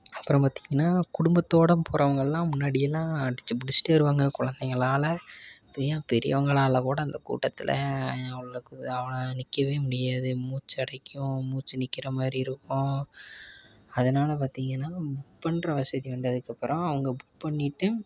அப்புறம் பார்த்தீங்கன்னா குடும்பத்தோடு போகிறவங்கள்லாம் முன்னாடியெல்லாம் அடிச்சு புடிச்சுட்டு ஏறுவாங்க கொழந்தைங்களால இப்போ ஏன் பெரியவங்களால் கூட அந்த கூட்டத்தில் அவ்ளோக்கு நிற்கவே முடியாது மூச்சு அடைக்கும் மூச்சு நிற்கிற மாதிரி இருக்கும் அதனால பார்த்தீங்கன்னா புக் பண்ணுற வசதி வந்ததுக்கப்புறம் அவங்க புக் பண்ணிவிட்டு